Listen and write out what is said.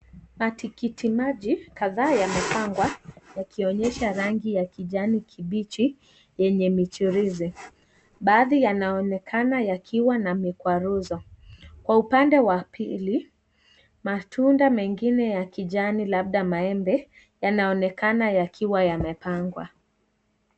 Matikiti maji, kathaa yamepangwa, yakionyesha rangi ya kijani kibichi, yenye michirizi, baadhi yanaonekana yakiwa na mikwaruzo, kwa upande wa pili, matunda mengine ya kijani labda maembe, yanaonekana yakiwa yamepangwa.